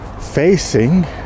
facing